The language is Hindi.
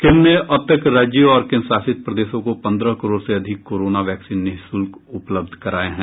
केंद्र ने अब तक राज्यों और केंद्रशासित प्रदेशों को पन्द्रह करोड़ से अधिक कोरोना वैक्सीन निःशुल्क उपलब्ध कराये हैं